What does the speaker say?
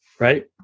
right